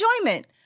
enjoyment